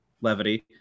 levity